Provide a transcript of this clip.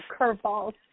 curveballs